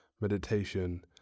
meditation